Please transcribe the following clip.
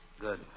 Good